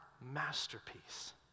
masterpiece